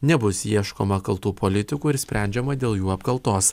nebus ieškoma kaltų politikų ir sprendžiama dėl jų apkaltos